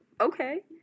okay